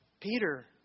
Peter